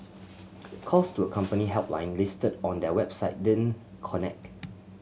calls to a company helpline listed on their website didn't connect